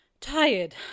tired